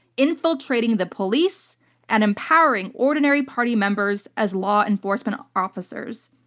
infiltrating the police and empowering ordinary party members as law enforcement officers.